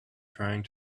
trying